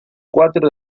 cuatro